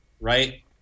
right